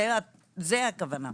זו הכוונה.